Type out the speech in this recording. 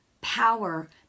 power